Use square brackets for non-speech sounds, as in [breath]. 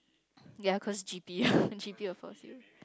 ya cause G_P_A [breath] G_P_A will force you